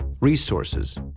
resources